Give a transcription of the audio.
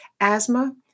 asthma